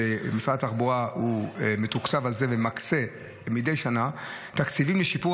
שמשרד התחבורה מתוקצב על זה ומקצה מדי שנה תקציבים לשיפור